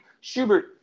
Schubert